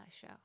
show